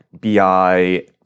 BI